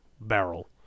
barrel